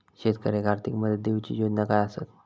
शेतकऱ्याक आर्थिक मदत देऊची योजना काय आसत?